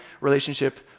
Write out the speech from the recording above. relationship